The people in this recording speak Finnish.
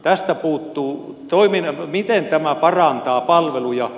tästä puuttuu miten tämä parantaa palveluja